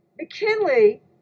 McKinley